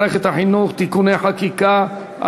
הצעת חוק איסור הפליה של תלמידים במערכת החינוך (תיקוני חקיקה),